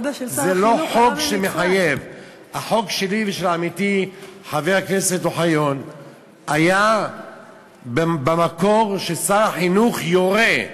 החוק שלי ושל עמיתי חבר הכנסת אוחיון היה במקור ששר החינוך יורה,